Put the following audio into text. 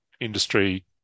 industry